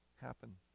happen